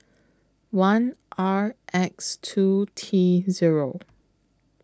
one R X two T Zero